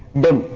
the